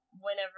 Whenever